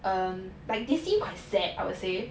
um like they seem quite sad I would say